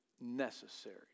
necessary